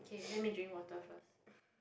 okay let me drink water first